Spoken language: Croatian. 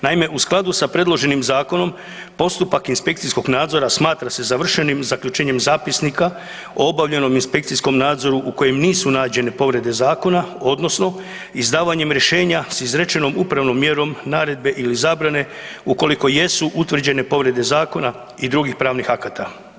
Naime, u skladu sa predloženim zakonom postupak inspekcijskog nadzora smatra se završenim zaključenjem zapisnika o obavljenom inspekcijskom nadzoru u kojem nisu nađene povrede zakona odnosno izdavanjem rješenja sa izrečenom upravnom mjerom naredbe ili zabrane ukoliko jesu utvrđene povrede zakona i drugih pravnih akata.